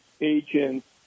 agents